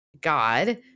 God